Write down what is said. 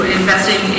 investing